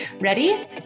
Ready